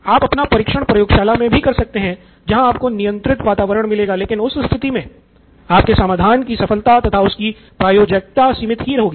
आप अपना परीक्षण प्रयोगशाला मे भी कर सकते हैं जहां आपको नियंत्रित वातावरण मिलेगा लेकिन उस स्थिति मे आपके समाधान की सफलता तथा उसकी प्रयोज्यता सीमित ही होगी